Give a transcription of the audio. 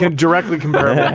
ah directly comparable.